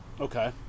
Okay